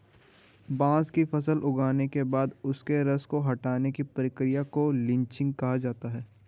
बांस की फसल उगने के बाद उसके रस को हटाने की प्रक्रिया को लीचिंग कहा जाता है